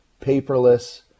paperless